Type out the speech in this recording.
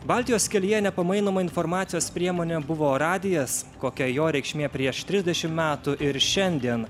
baltijos kelyje nepamainoma informacijos priemonė buvo radijas kokia jo reikšmė prieš trisdešim metų ir šiandien